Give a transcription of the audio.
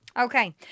Okay